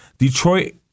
Detroit